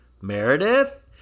Meredith